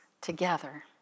together